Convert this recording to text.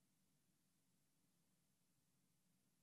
נוכח יועז הנדל, אינו נוכח שרן מרים